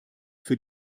für